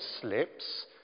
slips